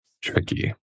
tricky